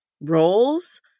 roles